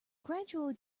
gradual